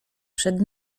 przed